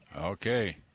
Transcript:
Okay